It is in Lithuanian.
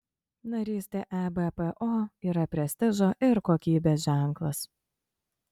narystė ebpo yra prestižo ir kokybės ženklas